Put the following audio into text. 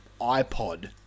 iPod